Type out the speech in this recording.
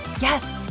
Yes